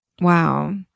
Wow